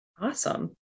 Awesome